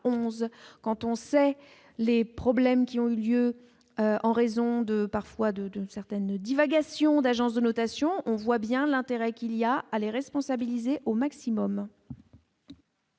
quand on sait les problèmes qui ont eu lieu en raison de parfois de une certaines divagations d'agences de notation, on voit bien l'intérêt qu'il y a à les responsabiliser au maximum.